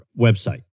website